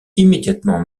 immédiatement